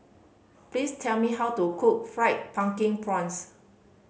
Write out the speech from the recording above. please tell me how to cook Fried Pumpkin Prawns